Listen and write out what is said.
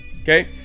okay